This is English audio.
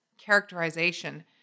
characterization